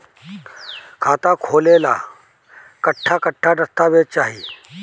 खाता खोले ला कट्ठा कट्ठा दस्तावेज चाहीं?